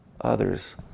others